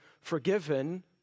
forgiven